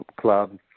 club